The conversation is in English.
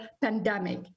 pandemic